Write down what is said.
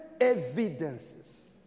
evidences